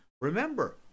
Remember